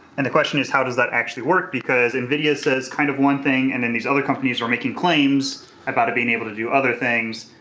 and the question is how does that actually work because nvidea says kind of one thing and then these other companies are making claims about it being able to do other things,